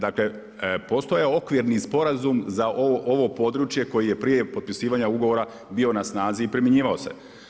Dakle, postoji okvirni sporazum za ovo područje koje je prije potpisivanja ugovora bio na snazi i primjenjivao se.